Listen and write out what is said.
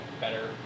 better